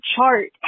chart